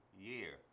year